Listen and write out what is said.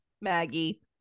Maggie